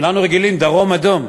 כולנו רגילים: דרום אדום.